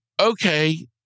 okay